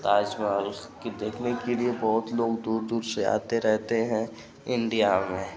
ताजमहल उसकी देखने के लिए बहुत लोग दूर दूर से आते रहते हैं इंडिया में